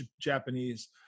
Japanese